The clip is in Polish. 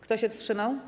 Kto się wstrzymał?